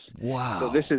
Wow